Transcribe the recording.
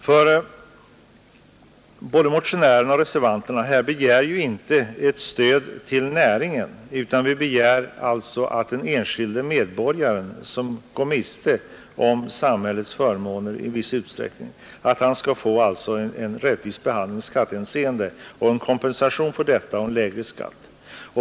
Varken motionärerna eller reservanterna begär ju ett stöd till näringen, utan vi önskar att den enskilde medborgaren, som går miste om samhällets förmåner i viss utsträckning, skall få en rättvis behandling i skattehänseende — en kompensation genom lägre skatt.